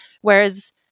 Whereas